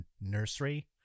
nursery